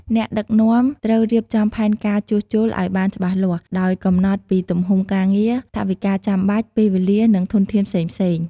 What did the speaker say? អ្នកដឹកនាំត្រូវរៀបចំផែនការជួសជុលឱ្យបានច្បាស់លាស់ ដោយកំណត់ពីទំហំការងារ ថវិកាចាំបាច់ ពេលវេលា និងធនធានផ្សេងៗ។